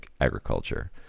agriculture